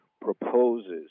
proposes